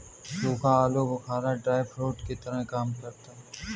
सूखा आलू बुखारा ड्राई फ्रूट्स की तरह काम करता है